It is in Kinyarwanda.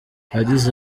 yagize